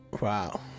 Wow